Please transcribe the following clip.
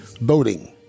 voting